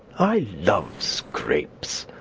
i love scrapes.